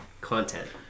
content